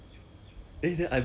我们全部 paper two